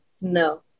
no